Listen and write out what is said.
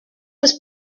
was